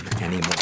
anymore